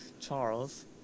Charles